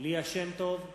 ליה שמטוב,